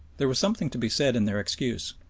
there was something to be said in their excuse.